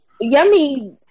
Yummy